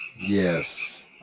Yes